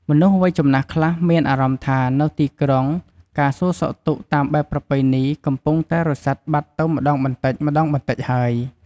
មនុស្សវ័យចំណាស់ខ្លះមានអារម្មណ៍ថា នៅទីក្រុង ការសួរសុខទុក្ខតាមប្រពៃណីកំពុងតែរសាត់បាត់ទៅម្ដងបន្តិចៗហើយ។